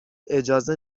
اجازه